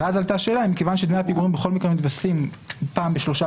מכיוון שדמי הפיגורים בכל מקרה מתווספים פעם בשלושה